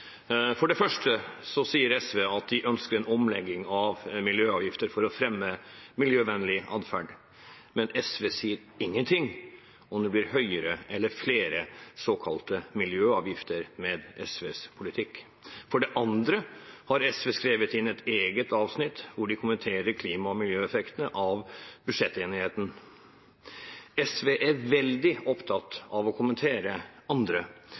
For det første sier SV at de ønsker en omlegging av miljøavgifter for å fremme miljøvennlig adferd, men SV sier ikke om det blir høyere eller flere såkalte miljøavgifter med SVs politikk. For det andre har SV skrevet inn et eget avsnitt hvor de kommenterer klima- og miljøeffektene av budsjettenigheten. SV er veldig opptatt av å kommentere andre,